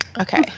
Okay